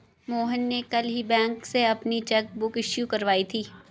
मोहन ने कल ही बैंक से अपनी चैक बुक इश्यू करवाई थी